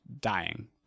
dying